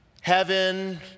Heaven